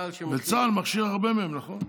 צה"ל מכשיר הרבה מהם, נכון.